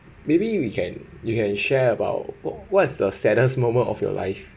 maybe we can you can share about what what's the saddest moment of your life